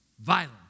violence